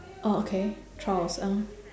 orh okay trials (uh huh)